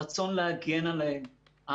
הרצון להגן עליהם,